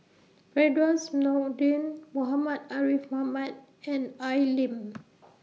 Firdaus Nordin Muhammad Ariff Ahmad and Al Lim